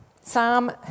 Psalm